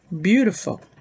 beautiful